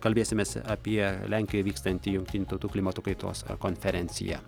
kalbėsimės apie lenkijoje vykstantį jungtinių tautų klimato kaitos konferenciją